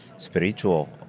Spiritual